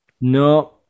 No